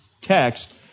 text